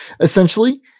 essentially